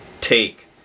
Take